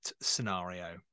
scenario